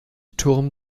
turm